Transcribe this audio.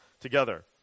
together